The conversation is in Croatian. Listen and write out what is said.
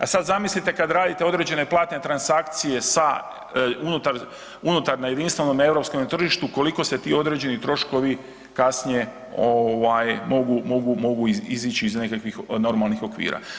A sad zamislite kad radite određene platne transakcije sa unutar na jedinstvenom europskom tržištu, koliko se ti određene troškovi kasnije mogu izići iz nekakvih normalnih okvira.